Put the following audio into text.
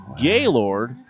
Gaylord